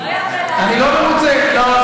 לא יפה להעליב על בסיס, לא.